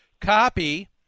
copy